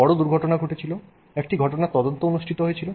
বড় দুর্ঘটনা ঘটেছিল একটি ঘটনার তদন্ত অনুষ্ঠিত হয়েছিল